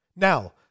Now